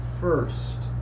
first